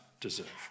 deserve